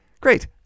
Great